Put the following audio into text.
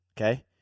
Okay